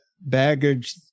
baggage